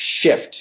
shift